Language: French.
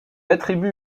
attribue